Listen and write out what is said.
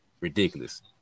Ridiculous